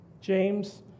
James